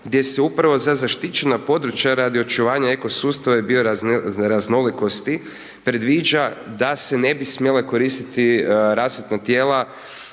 gdje se upravo za zaštićena područja radi očuvanja ekosustava i bio raznolikosti predviđa da se ne bi smjele koristiti rasvjetna tijela